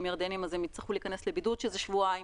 ירדנים אז הם יצטרכו לבידוד של שבועיים.